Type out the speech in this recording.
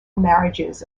marriages